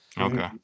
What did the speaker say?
Okay